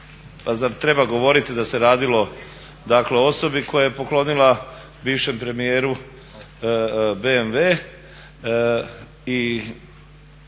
Pa zar treba govoriti da se radilo, dakle o osobi koja je poklonila bivšem premijeru BMW